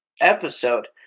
episode